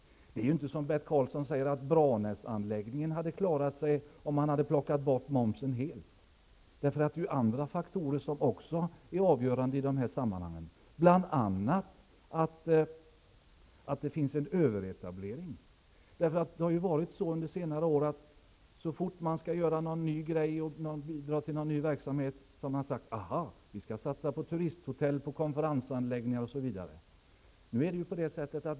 Det är inte som Bert Karlsson säger, att Branäsanläggningen hade klarat sig om man hade plockat bort momsen helt. Det är också andra faktorer som är avgörande i dessa sammanhang, bl.a. att det finns en överetablering. Under senare år har det så fort det har gällt att satsa på nya verksamheter sagts: Vi skall satsa på turisthotell, konferensanläggningar osv.